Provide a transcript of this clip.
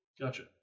Gotcha